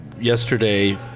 yesterday